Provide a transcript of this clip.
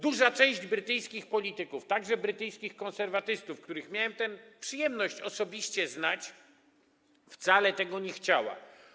Duża część brytyjskich polityków, także brytyjskich konserwatystów, których miałem przyjemność osobiście znać, wcale tego nie chciała.